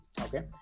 Okay